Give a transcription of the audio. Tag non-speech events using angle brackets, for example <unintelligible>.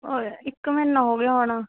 <unintelligible> ਇੱਕ ਮਹੀਨਾ ਹੋ ਗਿਆ ਹੋਣਾ